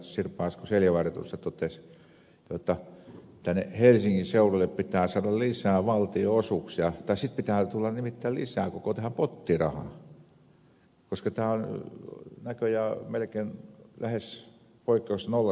sirpa asko seljavaara tuossa totesi jotta tänne helsingin seudulle pitää saada lisää valtionosuuksia tai sitten pitää tulla nimittäin lisää koko tähän pottiin rahaa koska tämä on näköjään melkein lähes poikkeuksetta nollasummapeliä